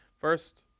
First